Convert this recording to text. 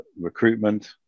recruitment